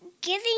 giving